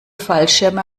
fallschirme